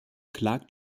klagt